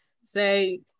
say